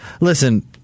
Listen-